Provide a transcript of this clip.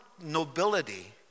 nobility